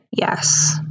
Yes